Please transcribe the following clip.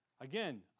Again